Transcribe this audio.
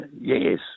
yes